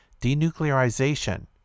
denuclearization